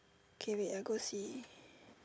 okay wait I go and see